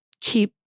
keep